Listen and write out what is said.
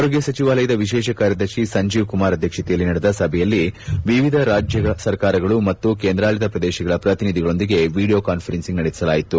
ಆರೋಗ್ಲ ಸಚಿವಾಲಯದ ವಿಶೇಷ ಕಾರ್ಯದರ್ತಿ ಸಂಜೀವ್ ಕುಮಾರ್ ಅಧ್ಯಕ್ಷತೆಯಲ್ಲಿ ನಡೆದ ಸಭೆಯಲ್ಲಿ ವಿವಿಧ ರಾಜ್ಞ ಸರ್ಕಾರಗಳು ಮತ್ತು ಕೇಂದ್ರಾಡಳಿತ ಪ್ರದೇಶಗಳ ಪ್ರತಿನಿಧಿಗಳೊಂದಿಗೆ ವಿಡೀಯೋ ಕಾನ್ವರೆನ್ಸ್ ನಡೆಸಲಾಯಿತು